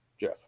Jeff